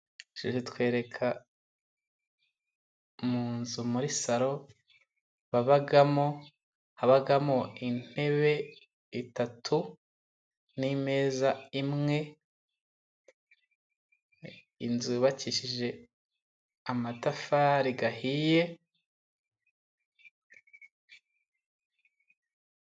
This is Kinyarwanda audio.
Sheri atwereka mu nzu muri salo babamo, habamo intebe eshatu n'ameza imwe. Inzu yubakishije amatafari ahiye.